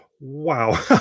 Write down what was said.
Wow